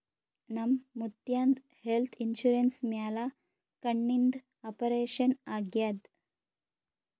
ನಮ್ ಮುತ್ಯಾಂದ್ health insurance ಮ್ಯಾಲ ಕಣ್ಣಿಂದ್ ಆಪರೇಷನ್ ಆಗ್ಯಾದ್